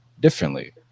differently